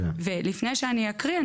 ולפני שאני אקריא,